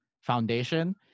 foundation